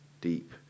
deep